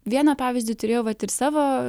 vieną pavyzdį turėjo vat ir savo